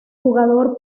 jugador